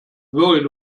worried